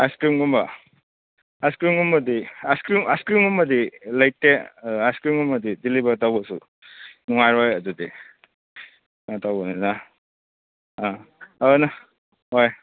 ice ꯀ꯭ꯔꯤꯝꯒꯨꯝꯕ ice ꯀ꯭ꯔꯤꯝꯒꯨꯝꯕꯗꯤ ice cream ice ꯀ꯭ꯔꯤꯝꯒꯨꯝꯕꯗꯤ ꯂꯩꯇꯦ ꯑꯥꯏꯁ ꯀ꯭ꯔꯤꯝꯒꯨꯝꯕꯗꯤ ꯗꯤꯂꯤꯚꯔ ꯇꯧꯕꯁꯨ ꯅꯨꯡꯉꯥꯏꯔꯣꯏ ꯑꯗꯨꯗꯤ ꯀꯩꯅꯣ ꯇꯧꯕꯅꯤꯅ ꯑꯥ ꯑꯗꯨꯅ ꯍꯣꯏ